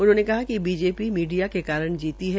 उन्होंने कहा कि बीजेपी मीडिया के कारण जीती है